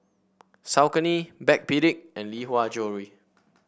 Saucony Backpedic and Lee Hwa Jewellery